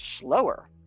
slower